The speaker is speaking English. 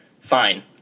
Fine